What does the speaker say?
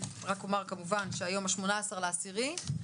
היום ה-18 באוקטובר 2021,